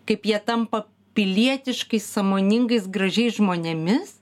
kaip jie tampa pilietiškai sąmoningais gražiais žmonėmis